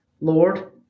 Lord